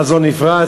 חזון נפרץ,